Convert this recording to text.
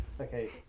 okay